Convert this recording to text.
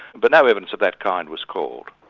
but no evidence of that kind was called.